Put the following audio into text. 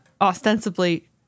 ostensibly